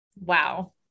Wow